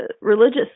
religious